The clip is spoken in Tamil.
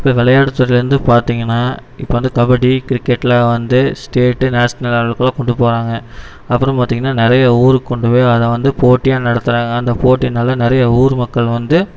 இந்த விளையாட்டு துறையிலந்து பார்த்திங்கன்னா இப்போ வந்து கபடி கிரிக்கெட்லாம் வந்து ஸ்டேட்டு நேஷ்னல் லெவல்க்குலாம் கொண்டு போகறாங்க அப்புறம் பார்த்திங்கன்னா நிறையா ஊருக்கு கொண்டு போய் அதை வந்து போட்டியாக நடத்துகிறாங்க அந்த போட்டினால நிறையா ஊர் மக்கள் வந்து